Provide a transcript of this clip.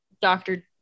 doctor